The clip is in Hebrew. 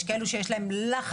יש כאלו שיש להם לחץ